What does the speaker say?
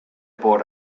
por